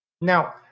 Now